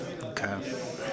Okay